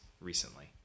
recently